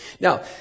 Now